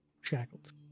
shackled